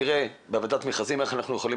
נראה בוועדת מכרזים איך אנחנו יכולים